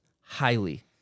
highly